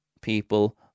people